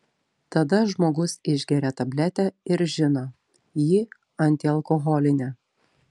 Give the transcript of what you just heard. tada žmogus išgeria tabletę ir žino ji antialkoholinė